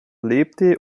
lebte